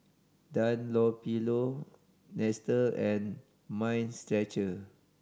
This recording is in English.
Dunlopillo Nestle and Mind Stretcher